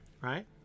right